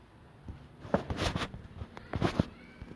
to make sure that we live properly and live in a more civilised way